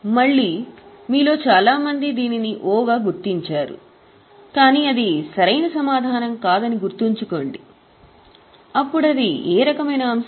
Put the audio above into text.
మళ్ళీ మీలో చాలా మంది దీనిని O గా గుర్తించారు కాని అది సరైన సమాధానం కాదని గుర్తుంచుకోండి అప్పుడు అది ఏ రకమైన అంశం